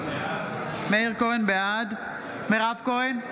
בעד מירב כהן,